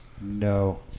No